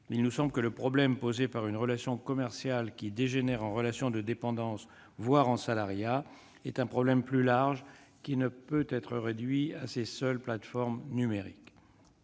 Il nous semble que le problème posé par une relation commerciale qui dégénère en relation de dépendance, voire en salariat, est un problème plus large, qui ne peut être réduit à ces seules plateformes numériques.